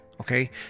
Okay